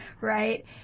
Right